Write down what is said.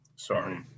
Sorry